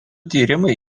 tyrimai